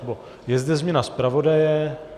Nebo je zde změna zpravodaje.